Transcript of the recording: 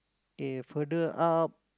they further up